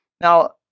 Now